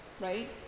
right